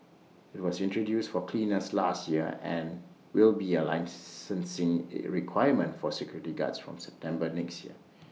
IT was introduced for cleaners last year and will be A licensing requirement for security guards from September next year